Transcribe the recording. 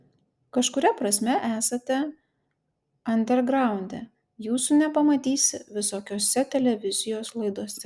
kažkuria prasme esate andergraunde jūsų nepamatysi visokiose televizijos laidose